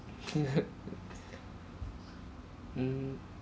mm